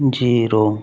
zero